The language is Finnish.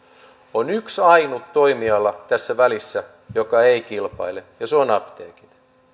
on yksi ainut toimiala tässä välissä joka ei kilpaile ja se on apteekit